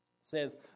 says